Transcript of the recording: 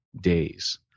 days